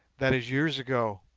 that is years ago.